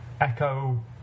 echo